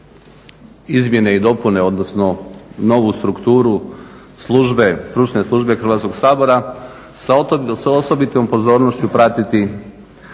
izmjene i dopune, odnosno novu strukturu službe, Stručne službe Hrvatskog sabora sa osobitom pozornošću pratiti